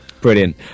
Brilliant